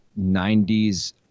90s